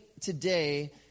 today